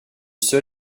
sol